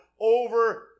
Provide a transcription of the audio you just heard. over